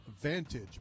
Vantage